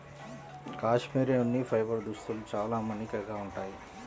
cashmere ఉన్ని fibre దుస్తులు చాలా మన్నికగా ఉంటాయి